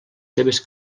seves